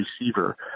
receiver